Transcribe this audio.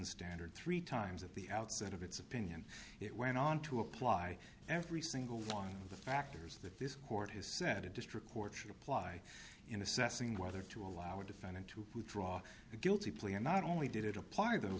standard three times at the outset of its opinion it went on to apply every single one of the factors that this court has set a district court should apply in assessing whether to allow a defendant to withdraw a guilty plea and not only did it apply those